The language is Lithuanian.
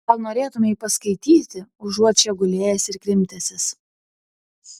gal norėtumei paskaityti užuot čia gulėjęs ir krimtęsis